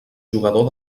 jugador